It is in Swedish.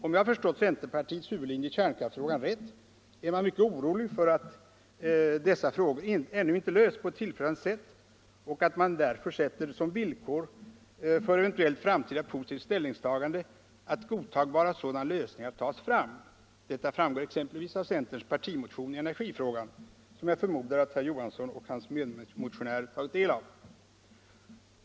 Om jag har förstått centerpartiets huvudlinje i kärnkraftsfrågan rätt är man mycket orolig för att dessa frågor ännu inte lösts på ett tillfredsställande sätt och därför sätter man som villkor för eventuellt framtida positivt ställningstagande att godtagbara sådana lösningar kan tas fram. Detta framgår exempelvis av centerns partimotion i energifrågan, som jag förmodar att herr Johansson och hans medmotionär tagit del av.